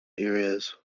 areas